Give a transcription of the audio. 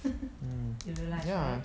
mmhmm ya